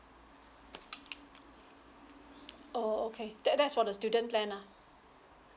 oh okay that that's for the student plan lah